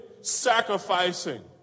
sacrificing